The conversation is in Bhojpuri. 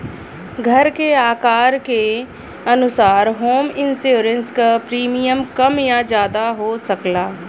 घर के आकार के अनुसार होम इंश्योरेंस क प्रीमियम कम या जादा हो सकला